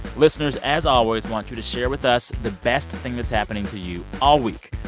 listeners, as always, want you to share with us the best thing that's happening to you all week.